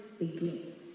again